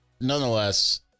nonetheless